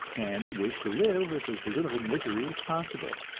and wish to live with as little misery as possible.